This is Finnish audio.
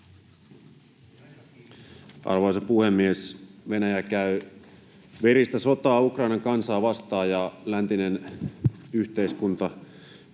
Arvoisa puhemies! Venäjä käy veristä sotaa Ukrainan kansaa vastaan, ja läntinen yhteiskunta,